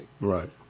Right